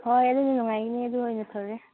ꯍꯣꯏ ꯑꯗꯨꯅ ꯅꯨꯡꯉꯥꯏꯅꯤ ꯑꯗꯨ ꯑꯣꯏꯅ ꯐꯔꯦ